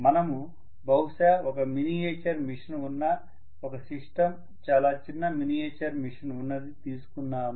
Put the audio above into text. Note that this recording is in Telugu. మనము బహుశా ఒక మినియేచర్ మెషిన్ ఉన్న ఒక సిస్టం చాలా చిన్న మినియేచర్ మెషిన్ ఉన్నది తీసుకుందాము